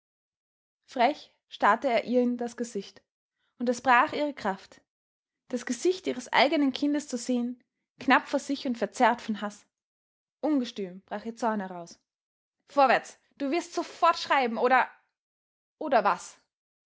frech starrte er ihr in das gesicht und das brach ihre kraft das gesicht ihres eigenen kindes zu sehen knapp vor sich und verzerrt von haß ungestüm brach ihr zorn heraus vorwärts du wirst sofort schreiben oder oder was